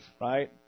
right